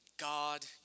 God